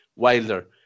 Wilder